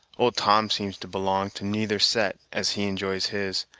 old tom seems to belong to neither set, as he enjoys his,